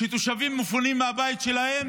שתושבים מפונים מהבית שלהם